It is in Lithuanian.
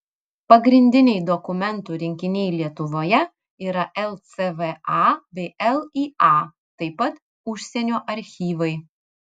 pagrindiniai dokumentų rinkiniai lietuvoje yra lcva bei lya taip pat užsienio archyvai